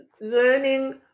learning